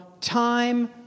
time